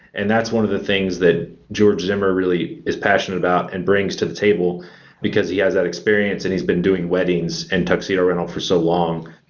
and that's one of the things that george zimmer really is passionate about and brings to the table because he has that experience and he's been doing weddings and tuxedo rental for so long.